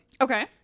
Okay